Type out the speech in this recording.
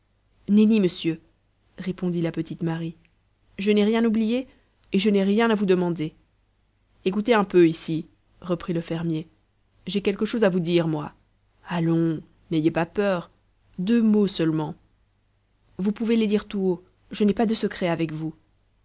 nenni monsieur répondit la petite marie je n'ai rien oublié et je n'ai rien à vous demander ecoutez un peu ici reprit le fermier j'ai quelque chose à vous dire moi allons n'ayez pas peur deux mots seulement vous pouvez les dire tout haut je n'ai pas de secrets avec vous